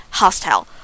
hostile